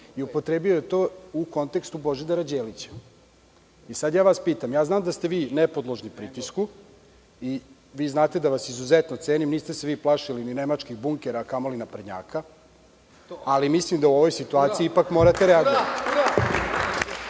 Upotrebio je to u kontekstu Božidara Đelića. Znam da ste vi nepodložni pritisku i znate da vas izuzetno cenim. Niste se vi plašili ni nemačkih bunkera, a kamoli naprednjaka, ali mislim da u ovoj situaciji ipak morate reagovati. Ono